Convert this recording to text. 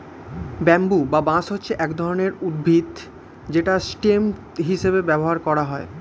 bamboo বা বাঁশ হচ্ছে এক রকমের উদ্ভিদ যেটা স্টেম হিসেবে ব্যবহার করা হয়